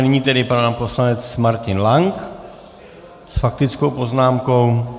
Nyní tedy pan poslanec Martin Lank s faktickou poznámkou.